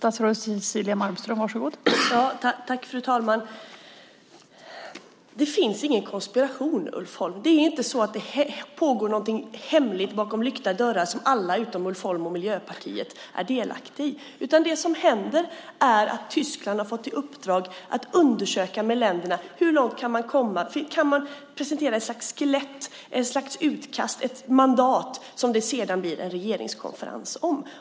Fru talman! Det finns ingen konspiration, Ulf Holm. Det pågår inte någonting hemligt bakom lyckta dörrar som alla utom Ulf Holm och Miljöpartiet är delaktiga i. Det som händer är att Tyskland har fått i uppdrag att undersöka bland länderna hur långt man kan komma, och om man kan presentera ett slags skelett, ett slags utkast, ett mandat, som det sedan blir en regeringskonferens om.